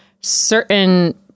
certain